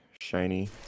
shiny